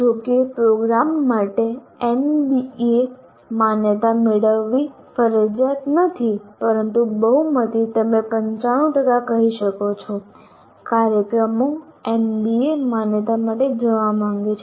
જોકે પ્રોગ્રામ માટે એનબીએ માન્યતા મેળવવી ફરજિયાત નથી પરંતુ બહુમતી તમે પંચાણું ટકા કહી શકો છો કાર્યક્રમો એનબીએ માન્યતા માટે જવા માગે છે